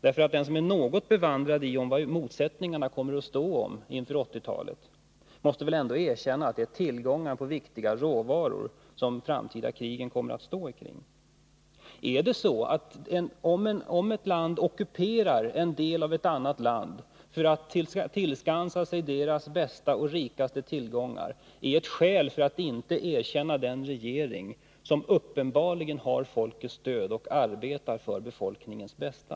Den som är något bevandrad i vad motsättningarna kommer att gälla inför 1980-talet måste väl ändå erkänna att det är om tillgången till viktiga råvaror som de framtida krigen kommer att föras. Är det så, att om ett land ockuperar en del av ett annat land för att tillskansa sig dess bästa och rikaste tillgångar, så är detta ett skäl för att inte erkänna en regering som uppenbarligen har folkets stöd och som arbetar för befolkningens bästa?